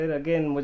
again